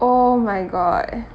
oh my god